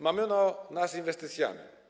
Mamiono nas inwestycjami.